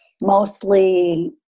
mostly